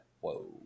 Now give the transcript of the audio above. Whoa